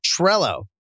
Trello